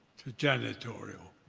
to janitorial.